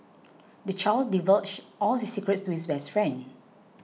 the child divulged all his secrets to his best friend